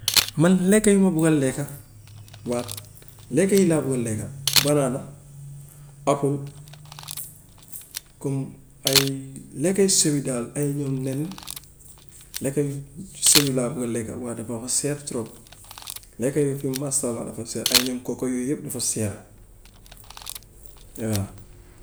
Man lekk yi ma bugg a lekka waaw lekk yii laa bugg a lekka banaana apple comme ay lekk yu sew yi daal ay ñoom nen lekka yu sew yi laa bugg a lekka waaye dafa seer trop. Lekka yooyu kay masha allah dafa seer ay ñoom coco yooyu yëpp dafa seer waaw.